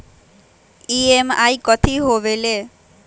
EMI कथी होवेले?